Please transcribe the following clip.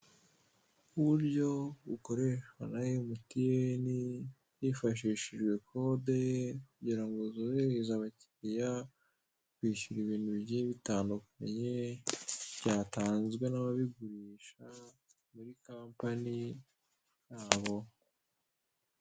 Uburyo bukoreshwa na emutiyene bifashishije kode kugira ngo worohereze abakiriya kwishyura ibintu bigiye bitandukanye byatanzwe n'ababigurisha muri kampani yabo.